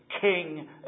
King